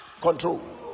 control